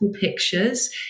pictures